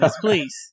Please